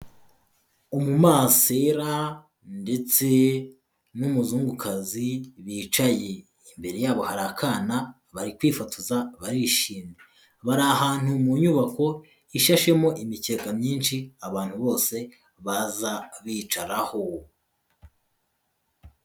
Umumansera ndetse n'umuzungukazi bicaye, Imbere yabo hari akana, bari kwifotoza barishimye. Bari ahantu mu nyubako, ishashemo imicyeka myinshi, abantu bose baza bicaraho.